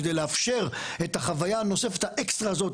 בשביל אפשר את החוויה הנוספת האקסטרה הזאת,